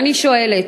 ואני שואלת,